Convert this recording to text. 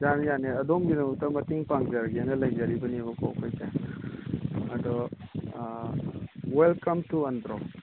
ꯌꯥꯅꯤ ꯌꯥꯅꯤ ꯑꯗꯣꯝꯒꯤꯗꯃꯛꯇ ꯃꯇꯦꯡ ꯄꯥꯡꯖꯔꯒꯦꯅ ꯂꯩꯖꯔꯤꯕꯅꯦꯕꯀꯣ ꯑꯩꯈꯣꯏꯁꯦ ꯑꯗꯣ ꯋꯦꯜꯀꯝ ꯇꯨ ꯑꯟꯗ꯭ꯔꯣ